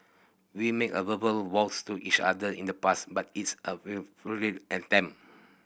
we made a verbal vows to each other in the past but it's a well fully attempt